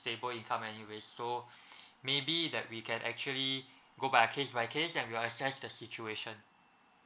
stable income anyway so maybe that we can actually go by a case by case and we'll assess the situation